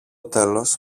τέλος